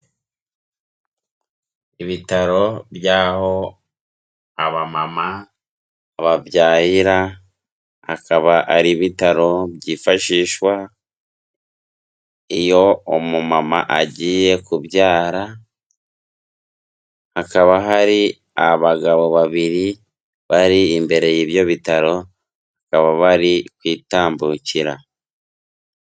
Ibitaro by'aho abamama babyarira, akaba ari bitaro byifashishwa iyo umumama agiye kubyara, hakaba hari abagabo babiri bari imbere y'ibyo bitaro, bakaba bari kwitambukira.